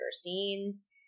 scenes